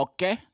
Okay